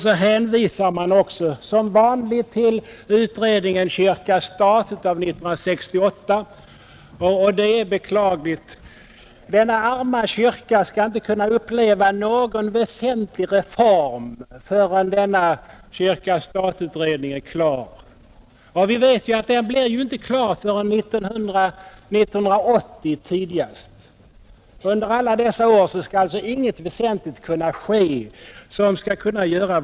Så hänvisar man också som vanligt till utredningen kyrka—stat av Nr 61 1968, och det är beklagligt. Denna arma kyrka skall inte kunna uppleva Onsdagen den någon väsentlig reform förrän kyrka—stat-utredningen är klar. Vi vet ju 14 april 1971 att den inte blir klar förrän tidigast 1980. Under alla dessa år skal alltså. ———— inget väsentligt kunna ske som kan göra vår kyrka mera effektiv.